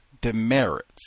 demerits